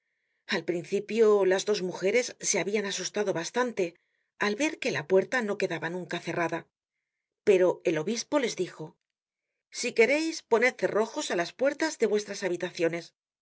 al principio las dos mujeres se habian asustado bastante al ver que la puerta no quedaba nunca cerrada pero el obispo les dijo si quereis poned cerrojos á las puertas de vuestras habitaciones